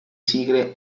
sigle